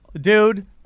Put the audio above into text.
Dude